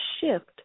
shift